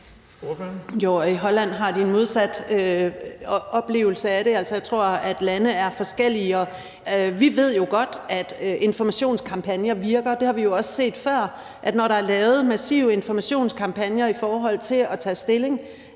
i Holland har de en modsat oplevelse af det. Jeg tror, at lande er forskellige. Vi ved jo godt, at informationskampagner virker. Vi har jo set før, at når der er lavet massive informationskampagner om at tage stilling,